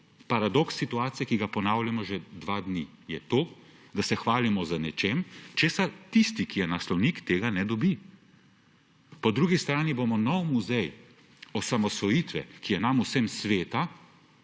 paradoks situacije, ki ga ponavljamo že dva dni, je to, da se hvalimo z nečim, česar tisti, ki je naslovnik tega, ne dobi. Po eni strani bomo novemu muzeju osamosvojitve, ki je nam vsem sveta,